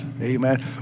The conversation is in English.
Amen